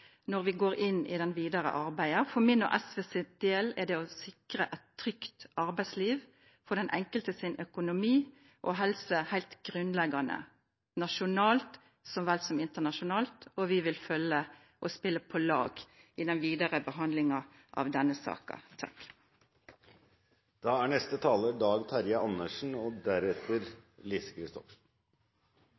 når vi går inn i det videre arbeidet. For min og SVs del er det å sikre et trygt arbeidsliv for den enkeltes økonomi og helse helt grunnleggende, nasjonalt så vel som internasjonalt, og vi vil følge med og spille på lag i den videre behandlingen av denne